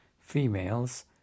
Females